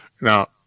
Now